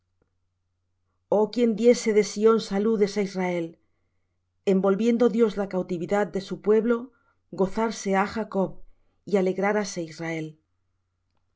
oh quién diese de sión saludes á israel en volviendo dios la cautividad de su pueblo gozarse ha jacob y alegraráse israel